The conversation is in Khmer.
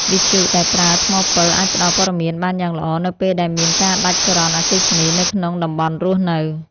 វិទ្យុដែលប្រើថ្មពិលអាចផ្តល់ព័ត៌មានបានយ៉ាងល្អនៅពេលដែលមានការដាច់ចរន្តអគ្គិសនីនៅក្នុងតំបន់រស់នៅ។